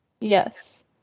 Yes